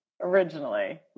originally